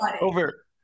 over